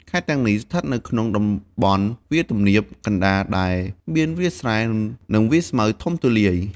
ខេត្តទាំងនេះស្ថិតនៅក្នុងតំបន់វាលទំនាបកណ្តាល ដែលមានវាលស្រែ និងវាលស្មៅធំទូលាយ។